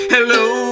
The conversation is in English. Hello